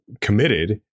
committed